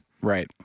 Right